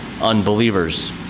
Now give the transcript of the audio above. unbelievers